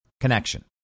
connection